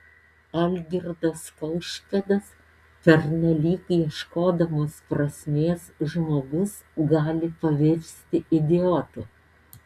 algirdas kaušpėdas pernelyg ieškodamas prasmės žmogus gali pavirsti idiotu